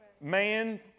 Man